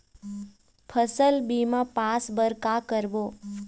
फसल बीमा पास बर का करबो?